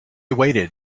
waited